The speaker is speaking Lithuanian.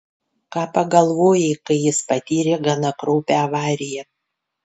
ką pagalvojai kai jis patyrė gana kraupią avariją